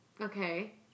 Okay